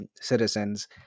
citizens